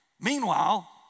Meanwhile